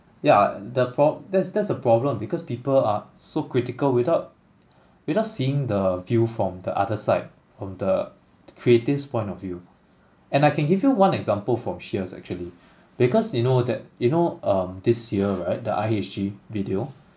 yeah the pro~ that's that's the problem because people are so critical without without seeing the view from the other side of the creative's point of view and I can give you one example from sheares actually because you know that you know um this year right the I_H_G video